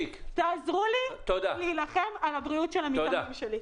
תעזרו לי להילחם על הבריאות של המתאמנים שלי.